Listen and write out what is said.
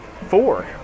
four